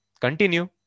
Continue